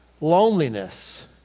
loneliness